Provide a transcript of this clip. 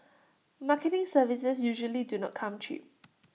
marketing services usually do not come cheap